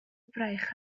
braich